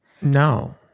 No